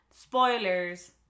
spoilers